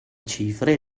cifre